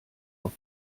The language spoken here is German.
auf